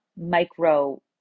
micro